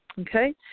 okay